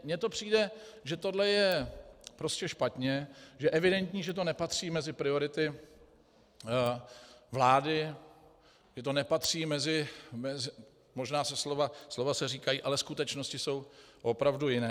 Mně to přijde, že tohle je prostě špatně, že je evidentní, že to nepatří mezi priority vlády, že to nepatří mezi možná slova se říkají, ale skutečnosti jsou opravdu jiné.